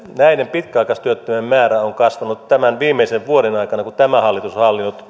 näiden pitkäaikaistyöttömien määrä on kasvanut merkittävästi ja nopeasti tämän viimeisen vuoden aikana kun tämä hallitus on hallinnut